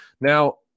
Now